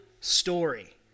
story